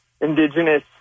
indigenous